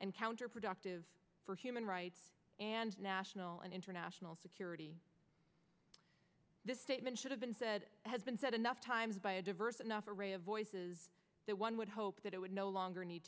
and counterproductive for human rights and national and international security this statement should have been said has been said enough times by a diverse enough array of voices that one would hope that it would no longer need